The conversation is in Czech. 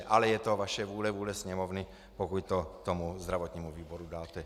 Ale je to vaše vůle, vůle Sněmovny, pokud to zdravotnímu výboru dáte.